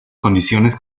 condiciones